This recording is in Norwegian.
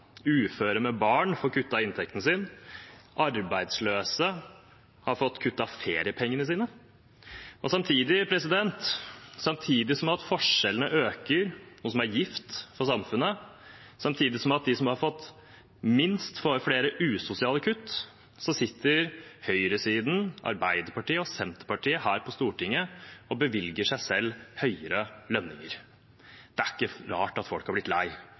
uføre med barn får kuttet inntekten sin, arbeidsløse får kuttet feriepengene sine. Samtidig som at forskjellene øker, noe som er gift for samfunnet, og samtidig som at de som har fått minst, får flere usosiale kutt, sitter høyresiden, Arbeiderpartiet og Senterpartiet her på Stortinget og bevilger seg selv høyere lønninger. Det er ikke rart at folk har blitt lei.